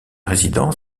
résidents